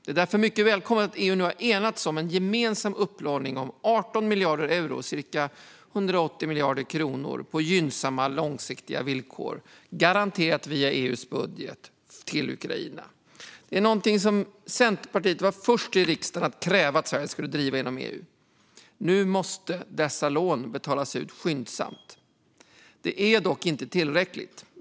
Det är därför mycket välkommet att EU nu har enats om en gemensam upplåning om 18 miljarder euro, cirka 180 miljarder kronor, på gynnsamma långsiktiga villkor, garanterat via EU:s budget, till Ukraina. Detta är något Centerpartiet var först i riksdagen att kräva att Sverige skulle driva inom EU. Nu måste dessa lån betalas ut skyndsamt. Detta är dock inte tillräckligt.